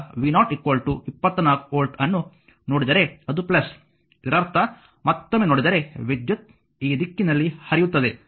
ಆದ್ದರಿಂದ v0 24 volt ಅನ್ನು ನೋಡಿದರೆ ಅದು ಇದರರ್ಥ ಮತ್ತೊಮ್ಮೆ ನೋಡಿದರೆ ಆ ವಿದ್ಯುತ್ ಈ ದಿಕ್ಕಿನಲ್ಲಿ ಹರಿಯುತ್ತದೆ